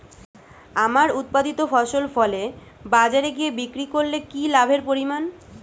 আমার উৎপাদিত ফসল ফলে বাজারে গিয়ে বিক্রি করলে কি লাভের পরিমাণ?